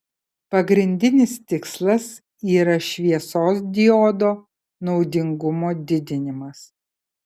pagrindinis tikslas yra šviesos diodo naudingumo didinimas